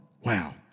Wow